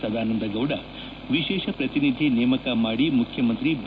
ಸದಾನಂದ ಗೌಡ ವಿಶೇಷ ಶ್ರತಿನಿಧಿ ನೇಮಕ ಮಾಡಿ ಮುಖ್ಯಮಂತ್ರಿ ಬಿ